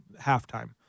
halftime